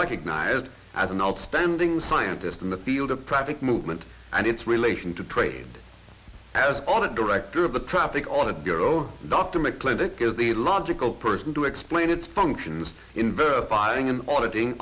recognized as an outstanding scientist in the field of traffic movement and its relation to trade as audit director of the traffic on the bureau dr mcclintock is the logical person to explain its functions in verifying and auditing